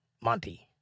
Monty